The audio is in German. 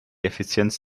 effizienz